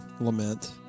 lament